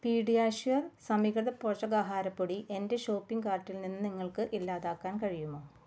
PediaSure സമീകൃത പോഷകാഹാര പൊടി എന്റെ ഷോപ്പിംഗ് കാർട്ടിൽ നിന്ന് നിങ്ങൾക്ക് ഇല്ലാതാക്കാൻ കഴിയുമോ